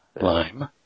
Lime